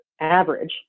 average